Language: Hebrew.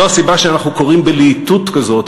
זו הסיבה שאנחנו קוראים בלהיטות כזאת